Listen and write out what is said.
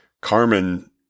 Carmen